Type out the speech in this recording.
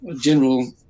general